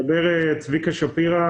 מדבר צביקה שפירא,